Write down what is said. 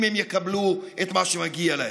אם הן יקבלו את מה שמגיע להם.